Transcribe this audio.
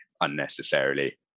unnecessarily